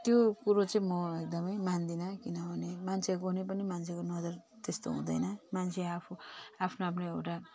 त्यो कुरो चाहिँ म एकदमै मान्दिनँ किनभने कुनै पनि मान्छेको नजर त्यस्तो हुँदैन मान्छे आफू आफ्नो आफ्नो एउटा